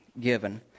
given